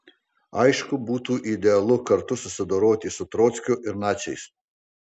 aišku būtų idealu kartu susidoroti su trockiu ir naciais